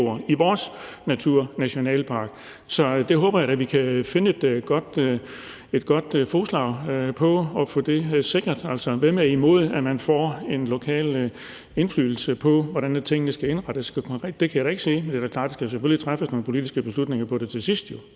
hvor de boede. Så det håber jeg da vi kan finde et godt fælles fodslag om, så vi kan få det sikret. Altså, hvem er imod, at man får en lokal indflydelse på, hvordan tingene skal indrettes konkret? Det kan jeg da ikke se. Det er da klart, at der jo selvfølgelig skal træffes nogle politiske beslutninger om det til sidst, men